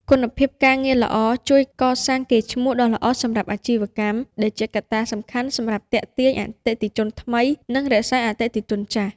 គុណភាពការងារល្អជួយ កសាងកេរ្តិ៍ឈ្មោះ ដ៏ល្អសម្រាប់អាជីវកម្ម ដែលជាកត្តាសំខាន់សម្រាប់ទាក់ទាញអតិថិជនថ្មី និងរក្សាអតិថិជនចាស់។